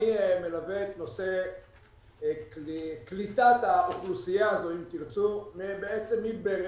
אני מלווה את נושא קליטת האוכלוסייה הזאת מראשיתה.